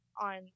on